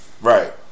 right